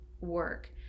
work